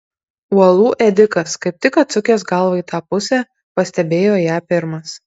uolų ėdikas kaip tik atsukęs galvą į tą pusę pastebėjo ją pirmas